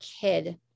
kid